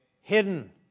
hidden